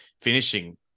finishing